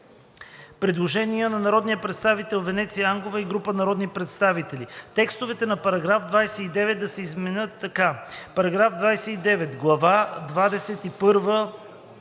предложение на народния представител Венеция Ангова и група народни представители текстовете на § 29 да се изменят така: „§ 29. Глава